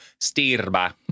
stirba